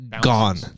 gone